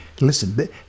Listen